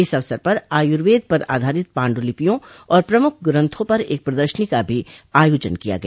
इस अवसर पर आयुर्वेद पर आधारित पांडुलिपियों और प्रमुख ग्रन्थों पर एक प्रदर्शनी का भी आयोजन किया गया